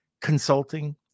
consulting